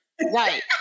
Right